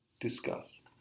Discuss